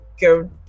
go